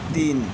तीन